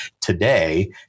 today